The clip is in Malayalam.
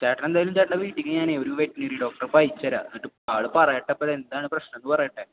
ചേട്ടൻ എന്തായാലും ചേട്ടൻ്റെ വീട്ടിലേക്ക് ഞാനേ ഒരു വെറ്ററിനറി ഡോക്ടറെ ഇപ്പോൾ അയച്ചുതരാം എന്നിട്ട് ആൾ പറയട്ടെ ഇപ്പോൾ എന്താണ് പ്രശ്നം എന്ന് പറയട്ടെ